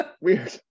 Weird